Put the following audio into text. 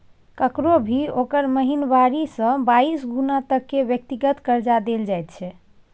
ककरो भी ओकर महिनावारी से बाइस गुना तक के व्यक्तिगत कर्जा देल जाइत छै